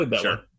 sure